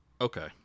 Okay